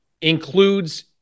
includes